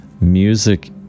music